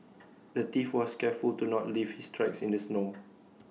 the thief was careful to not leave his tracks in the snow